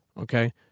Okay